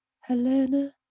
helena